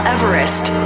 Everest